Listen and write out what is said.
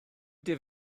ydy